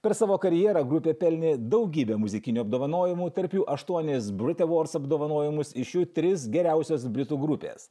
per savo karjerą grupė pelnė daugybę muzikinių apdovanojimų tarp jų aštuonis brit awards apdovanojimus iš jų tris geriausias britų grupės